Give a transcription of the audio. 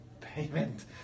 payment